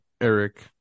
Eric